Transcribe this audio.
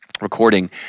recording